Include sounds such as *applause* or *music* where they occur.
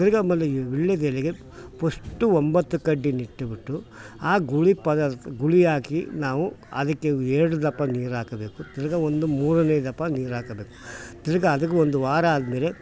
ತಿರ್ಗಿ ಆಮೇಲೆ ಈ ವಿಳ್ಯೆದೆಲೆಗೆ ಪಸ್ಟ್ ಒಂಬತ್ತು ಕಡ್ಡಿಯ ಇಟ್ಬಿಟ್ಟು ಆ ಗುಳಿ *unintelligible* ಗುಳಿ ಹಾಕಿ ನಾವು ಅದಕ್ಕೆ ಎರಡು ದಪ ನೀರು ಹಾಕಬೇಕು ತಿರ್ಗಿ ಒಂದು ಮೂರನೇ ದಪ ನೀರು ಹಾಕಬೇಕ್ ತಿರ್ಗಿ ಅದಕ್ಕೆ ಒಂದು ವಾರ ಆದಮೇಲೆ